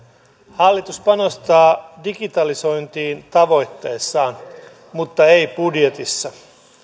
hallitus panostaa digitalisointiin tavoitteissaan mutta ei budjetissa